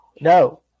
no